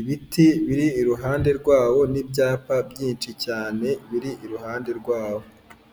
ibiti biri iruhande rwawo, n'ibyapa byinshi cyane biri iruhande rwawo.